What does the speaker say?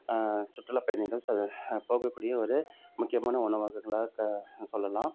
சுற்றுலா பயணிகள் ஸோ போகக்கூடிய ஒரு முக்கியமான உணவகங்களாக க சொல்லலாம்